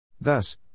Thus